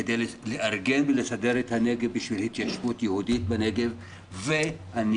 כדי לארגן ולסדר את הנגב בשביל התיישבות יהודית בנגב והיום,